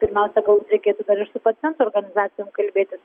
pirmiausia galbūt reikėtų dar ir su pacientų organizacijomkalbėtis